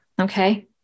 Okay